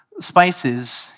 spices